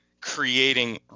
creating